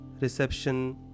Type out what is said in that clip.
reception